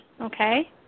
okay